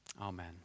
Amen